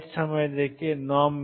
k1 2mE2था